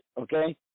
okay